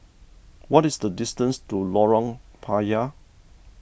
what is the distance to Lorong Payah